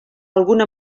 alguna